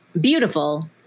beautiful